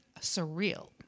surreal